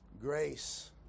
Grace